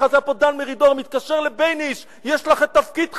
דן מרידור מתקשר לבייניש: יש לך את תפקיד חייך,